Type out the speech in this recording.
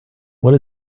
what